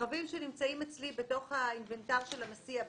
רכבים שנמצאים אצלי באינוונטר של הנסיעה,